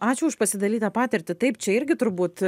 ačiū už pasidalytą patirtį taip čia irgi turbūt